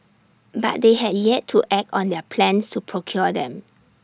but they had yet to act on their plans to procure them